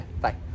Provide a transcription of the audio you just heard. Bye